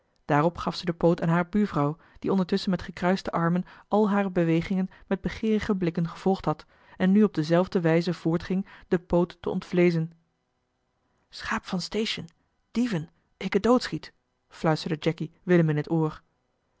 daarop gaf ze den poot aan hare buurvrouw die ondertusschen met gekruiste armen al hare bewegingen met begeerige blikken gevolgd had en nu op dezelfde wijze voortging den poot te ontvleezen schaap van station dieven ikke doodschiet fluisterde jacky willem in het oor